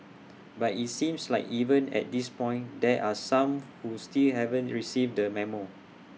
but IT seems like even at this point there are some who still haven't received the memo